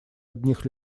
одних